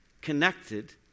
connected